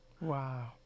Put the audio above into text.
Wow